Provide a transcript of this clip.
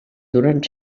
durant